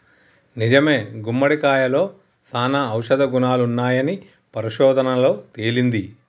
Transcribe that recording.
నిజమే గుమ్మడికాయలో సానా ఔషధ గుణాలున్నాయని పరిశోధనలలో తేలింది